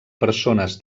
persones